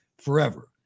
forever